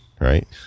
right